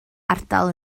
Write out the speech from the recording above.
ardal